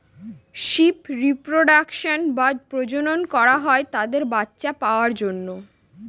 sheep reproduction বা প্রজনন করা হয় তাদের বাচ্চা পাওয়ার জন্য